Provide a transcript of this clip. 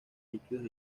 líquidos